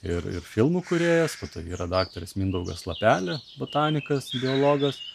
ir ir filmų kūrėjaspo to yra daktaras mindaugas lapelė botanikas biologas